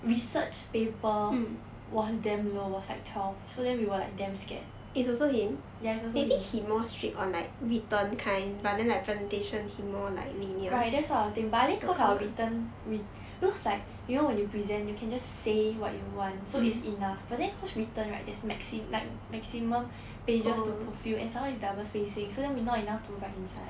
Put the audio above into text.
research paper was damn low was like twelve so then we were like damn scared ya it's also him right that's what I think but then cause our written we looks like you know when you present you can just say what you want so is enough but then cause written right there's maxim~ like maximum pages to fulfil as long as double spacing so then we not enough to write inside